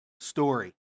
Story